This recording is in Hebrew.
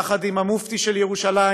יחד עם המופתי של ירושלים,